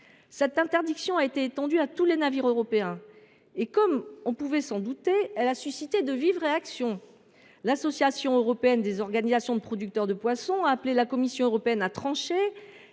de pêcher a été étendue à tous les navires européens et – cela était prévisible – a suscité de vives réactions. L’Association européenne des organisations de producteurs de poissons a appelé la Commission européenne à trancher.